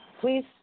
Please